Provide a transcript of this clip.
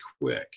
quick